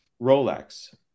Rolex